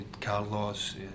Carlos